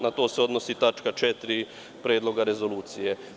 Na to se odnosi tačka 4. Predloga rezolucije.